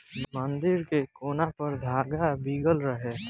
मंदिर के कोना पर धागा बीगल रहे